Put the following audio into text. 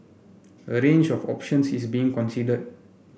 a range of options is being considered